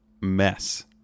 mess